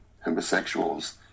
homosexuals